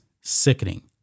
sickening